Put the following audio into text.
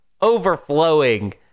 overflowing